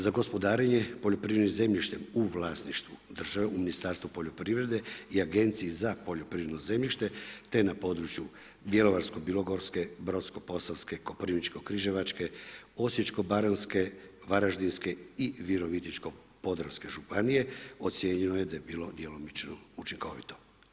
Za gospodarenje poljoprivrednim zemljištem u vlasništvu države u Ministarstvu poljoprivrede i Agenciji za poljoprivredno zemljište te na području Bjelovarsko-bilogorske, Brodsko-posavske, Koprivničko-križevačke, Osječko-baranjske, Varaždinske i Virovitičko-podravske županije ocijenjeno je da je bilo djelomično učinkovito.